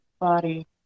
body